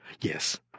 Yes